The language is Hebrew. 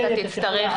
אתה תצטרך